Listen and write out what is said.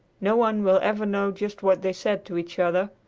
no one will ever know just what they said to each other,